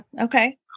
Okay